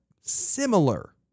similar